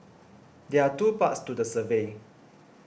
there are two parts to the survey